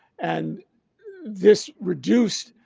and this reduced